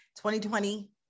2020